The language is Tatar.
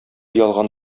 ялган